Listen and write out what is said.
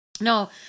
No